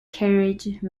carriage